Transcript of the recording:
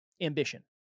ambition